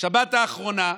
בשבת האחרונה,